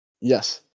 Yes